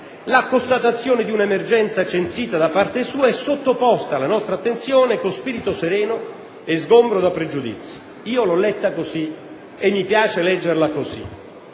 la constatazione di un'emergenza censita da parte sua e sottoposta alla nostra attenzione con spirito sereno e sgombro da pregiudizi. Io l'ho letta così e mi piace leggerla così.